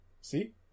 See